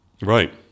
Right